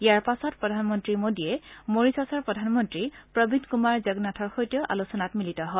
ইয়াৰ পাছত প্ৰধানমন্তী মোদীয়ে মৰিছাছৰ প্ৰধানমন্তী প্ৰবীন্দ কুমাৰ জগনাথৰ সৈতেও আলোচনাত মিলিত হয়